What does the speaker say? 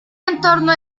entorno